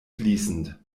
fließend